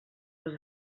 les